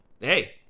hey